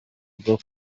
bwo